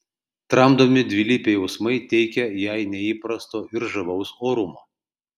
tramdomi dvilypiai jausmai teikia jai neįprasto ir žavaus orumo